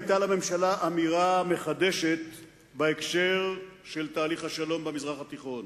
היתה לממשלה אמירה מחדשת בהקשר של תהליך השלום במזרח התיכון.